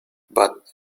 but